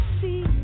see